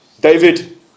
David